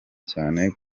cyane